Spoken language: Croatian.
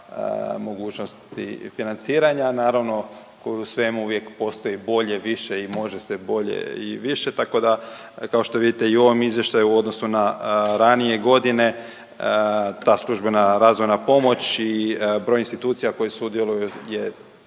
mogućnosti financiranja. Naravno ko i u svemu uvijek postoji bolje, više i može se bolje i više tako da kao što vidite i u ovom izvještaju u odnosu na ranije godine ta službena razvojna pomoć i broj institucija koje sudjeluju